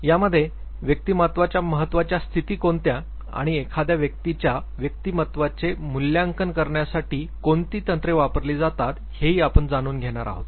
यामध्ये व्यक्तिमत्त्वाच्या महत्वाच्या स्थिती कोणत्या आणि एखाद्या व्यक्तीच्या व्यक्तिमत्त्वाचे मूल्यांकन करण्यासाठी कोणती तंत्रे वापरली जातात हेही आपण जाणून घेणार आहोत